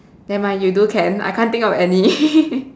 never mind you do can I can't think of any